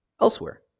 elsewhere